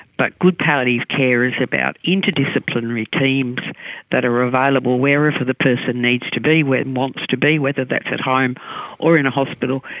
but good palliative care is about interdisciplinary teams that are available wherever the person needs to be and wants to be, whether that's at home or in a hospital,